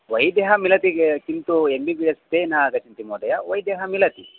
वैद्यः मिलति किन्तु एम् बि बि एस् ते न आगच्छन्ति महोदय वैद्यः मिलति